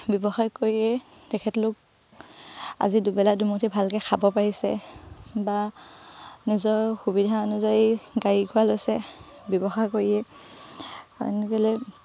ব্যৱসায় কৰিয়ে তেখেতলোক আজি দুবেলা দুমুঠি ভালকৈ খাব পাৰিছে বা নিজৰ সুবিধা অনুযায়ী গাড়ী গুৰা লৈছে ব্যৱসায় কৰিয়ে কাৰণ কেলৈ